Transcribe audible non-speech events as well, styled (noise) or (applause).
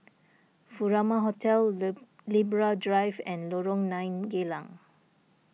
Furama Hotel (unintelligible) Libra Drive and Lorong nine Geylang